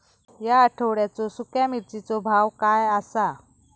या आठवड्याचो सुख्या मिर्चीचो भाव काय आसा?